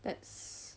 that's